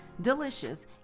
delicious